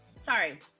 sorry